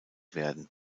werden